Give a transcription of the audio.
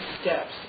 steps